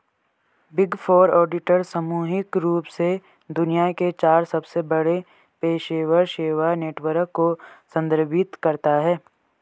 big four auditor सामूहिक रूप से दुनिया के चार सबसे बड़े पेशेवर सेवा नेटवर्क को संदर्भित करता है